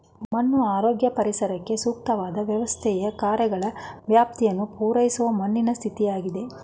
ಮಣ್ಣು ಆರೋಗ್ಯ ಪರಿಸರಕ್ಕೆ ಸೂಕ್ತವಾದ್ ವ್ಯವಸ್ಥೆಯ ಕಾರ್ಯಗಳ ವ್ಯಾಪ್ತಿಯನ್ನು ಪೂರೈಸುವ ಮಣ್ಣಿನ ಸ್ಥಿತಿಯಾಗಿದೆ